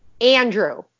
Andrew